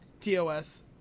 TOS